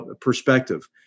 perspective